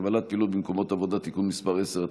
(הגבלת פעילות במקומות עבודה) (תיקון מס' 10),